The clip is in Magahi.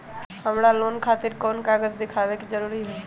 हमरा लोन खतिर कोन कागज दिखावे के जरूरी हई?